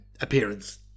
appearance